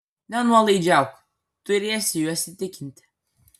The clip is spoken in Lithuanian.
nenuolaidžiauk turėsi juos įtikinti